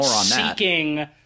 seeking